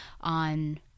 on